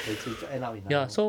then 就是这样 lor